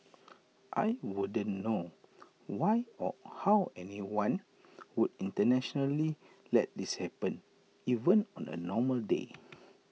I wouldn't know why or how anyone would intentionally let this happen even on A normal day